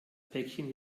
päckchen